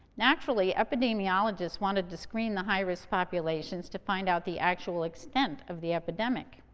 naturally, epidemiologists wanted to screen the high-risk populations to find out the actual extent of the epidemic.